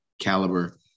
caliber